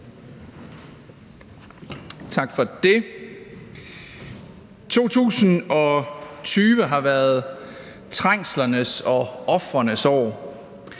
2020 har været trængslernes og ofrenes år,